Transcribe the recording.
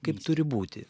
kaip turi būti